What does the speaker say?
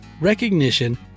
recognition